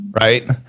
right